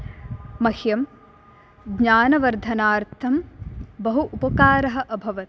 मह्यं ज्ञानवर्धनार्थं बहु उपकारः अभवत्